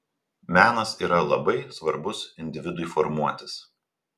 menas yra labai svarbus individui formuotis